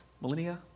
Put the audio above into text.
millennia